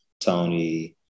Tony